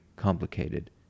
complicated